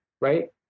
right